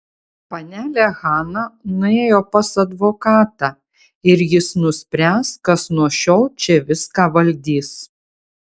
panelė hana nuėjo pas advokatą ir jis nuspręs kas nuo šiol čia viską valdys